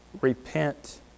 Repent